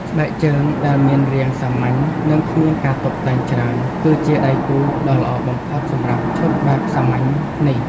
ស្បែកជើងដែលមានរាងសាមញ្ញ និងគ្មានការតុបតែងច្រើន គឺជាដៃគូដ៏ល្អបំផុតសម្រាប់ឈុតបែបសាមញ្ញនេះ។